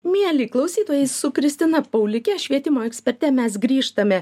mieli klaustyojai su kristina paulike švietimo eksperte mes grįžtame